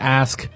ask